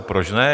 Proč ne?